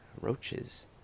Roaches